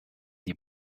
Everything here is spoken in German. die